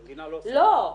המדינה לא --- לא,